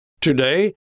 Today